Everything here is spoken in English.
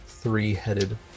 Three-headed